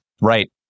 Right